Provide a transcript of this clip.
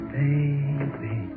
baby